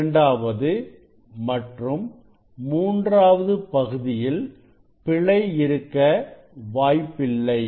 இரண்டாவது மற்றும் மூன்றாவது பகுதியில் பிழை இருக்க வாய்ப்பில்லை